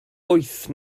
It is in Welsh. wyth